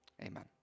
amen